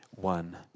one